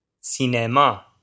Cinema